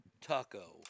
Taco